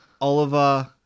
Oliver